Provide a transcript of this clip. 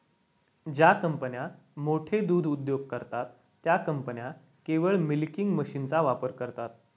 ज्या कंपन्या मोठे दूध उद्योग करतात, त्या कंपन्या केवळ मिल्किंग मशीनचा वापर करतात